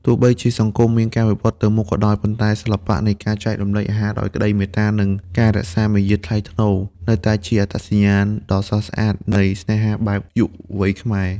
ទោះបីជាសង្គមមានការវិវឌ្ឍទៅមុខក៏ដោយ ប៉ុន្តែសិល្បៈនៃការចែករំលែកអាហារដោយក្តីមេត្តា និងការរក្សាមារយាទថ្លៃថ្នូរ នៅតែជាអត្តសញ្ញាណដ៏ស្រស់ស្អាតនៃស្នេហាបែបយុវវ័យខ្មែរ។